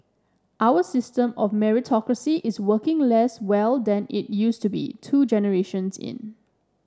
our system of meritocracy is working less well than it used to two generations in